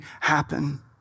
happen